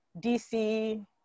dc